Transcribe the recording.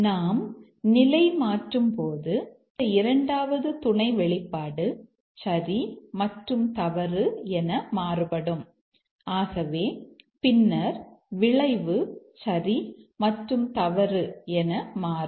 நாம் நிலைமாற்றும்போது இந்த இரண்டாவது துணை வெளிப்பாடு சரி மற்றும் தவறு என மாறுபடும் ஆகவே பின்னர் விளைவு சரி மற்றும் தவறு என மாறும்